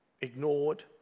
ignored